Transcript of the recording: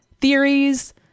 theories